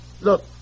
Look